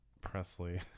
Presley